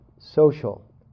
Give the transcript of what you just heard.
social